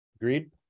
Agreed